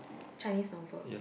Chinese novel